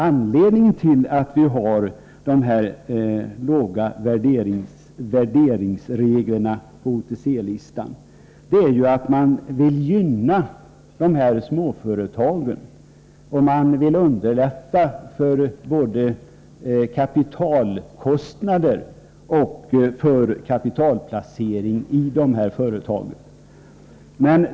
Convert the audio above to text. Anledningen till att vi har de mycket förmånliga värderingsreglerna på OTC-listan är ju att man vill gynna de här småföretagen. Man vill underlätta för dessa företag vad gäller både kapitalkostnader och kapitalplacering.